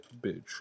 bitch